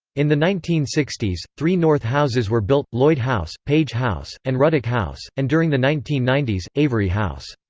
in the nineteen sixty s, three north houses were built lloyd house, page house, and ruddock house, and during the nineteen ninety s, avery house.